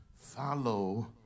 Follow